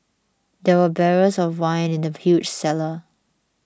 there were barrels of wine in the huge cellar